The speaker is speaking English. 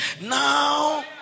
Now